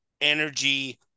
energy